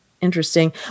interesting